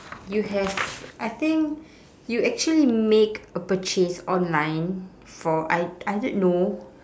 you have I think you actually make a purchase online for I I don't know